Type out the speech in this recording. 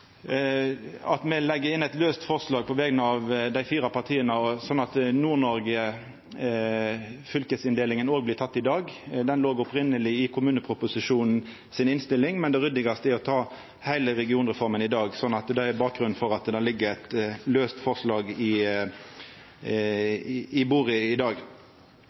at me legg inn eit laust forslag på vegner av dei fire partia slik at fylkesinndelinga i Nord-Noreg også blir teken i dag. Det låg opphaveleg i innstillinga til kommuneproposisjonen, men det ryddigaste er å ta heile regionreforma i dag. Det er bakgrunnen for at det ligg eit laust forslag på bordet i dag.